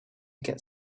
get